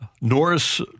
Norris